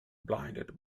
blinded